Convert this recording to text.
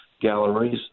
galleries